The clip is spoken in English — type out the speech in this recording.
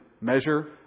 measure